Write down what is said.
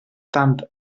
tant